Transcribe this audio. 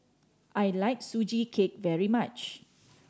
I like Sugee Cake very much